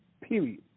period